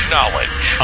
Knowledge